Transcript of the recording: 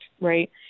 right